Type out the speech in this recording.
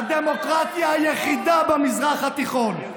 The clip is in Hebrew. הדמוקרטיה היחידה במזרח התיכון,